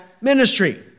ministry